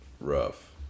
rough